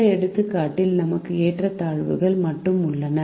இந்த எடுத்துக்காட்டில் நமக்கு ஏற்றத்தாழ்வுகள் மட்டுமே உள்ளன